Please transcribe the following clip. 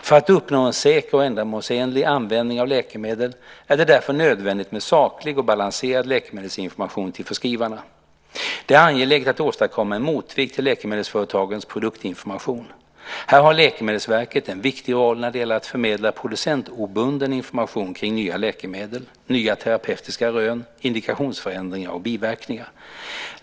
För att uppnå en säker och ändamålsenlig användning av läkemedel är det därför nödvändigt med saklig och balanserad läkemedelsinformation till förskrivarna. Det är angeläget att åstadkomma en motvikt till läkemedelsföretagens produktinformation. Här har Läkemedelsverket en viktig roll när det gäller att förmedla producentobunden information kring nya läkemedel, nya terapeutiska rön, indikationsförändringar och biverkningar.